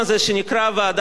היו מגיעים להסכמה?